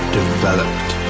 developed